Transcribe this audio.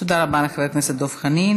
תודה רבה לחבר הכנסת דב חנין.